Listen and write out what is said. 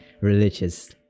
Religious